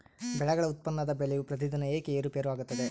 ಬೆಳೆಗಳ ಉತ್ಪನ್ನದ ಬೆಲೆಯು ಪ್ರತಿದಿನ ಏಕೆ ಏರುಪೇರು ಆಗುತ್ತದೆ?